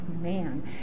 man